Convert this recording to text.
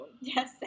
Yes